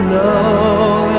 love